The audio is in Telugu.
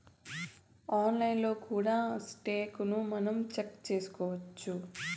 ఆన్లైన్లో కూడా సెక్కును మనం చెక్ చేసుకోవచ్చు